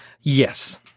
Yes